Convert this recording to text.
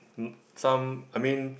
mm some I mean